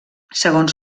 segons